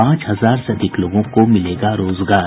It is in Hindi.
पांच हजार से अधिक लोगों को मिलेंगे रोजगार